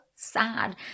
Sad